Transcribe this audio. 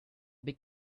big